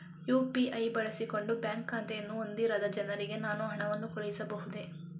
UPI ಬಳಸಿಕೊಂಡು bank ಖಾತೆಯನ್ನು ಹೊಂದಿರದ ಜನರಿಗೆ ನಾನು ಹಣವನ್ನು ಕಳುಹಿಸಬಹುದೇ?